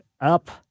up